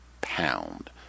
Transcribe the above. pound